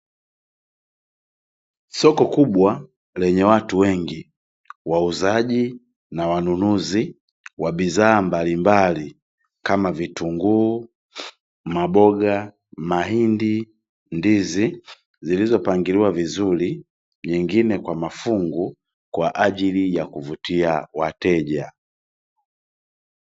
Soko kubwa lenye watu wengi wauzaji na wanunuzi wa bidhaa mbalimbali kama vitunguu, maboga, mahindi, ndizi zilizopangiliwa vizuri nyingine kwa mafungu kwa ajili ya kuvutia wateja .